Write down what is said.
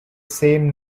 same